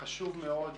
חשוב מאוד,